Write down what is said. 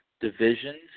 divisions